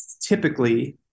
typically